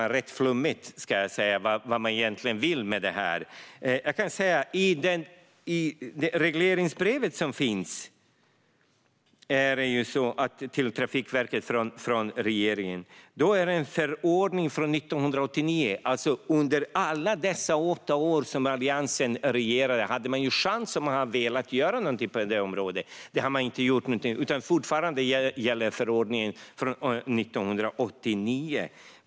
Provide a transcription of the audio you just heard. Det är rätt flummigt, fru talman. Vad vill man egentligen med det här? I regleringsbrevet till Trafikverket från regeringen finns det en förordning från 1989. Under alla dessa åtta år då Alliansen regerade hade man ju haft chansen att göra någonting på det området om man velat. Men man har inte gjort någonting, utan fortfarande gäller förordningen från 1989.